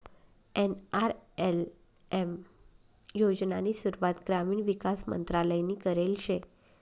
NRLM योजनानी सुरुवात ग्रामीण विकास मंत्रालयनी करेल शे